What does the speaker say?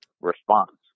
response